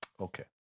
Okay